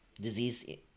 disease